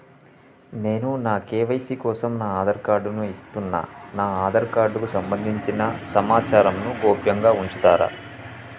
నేను నా కే.వై.సీ కోసం నా ఆధార్ కార్డు ను ఇస్తున్నా నా ఆధార్ కార్డుకు సంబంధించిన సమాచారంను గోప్యంగా ఉంచుతరా?